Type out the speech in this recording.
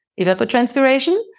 evapotranspiration